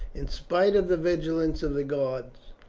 in spite of the vigilance of the guard,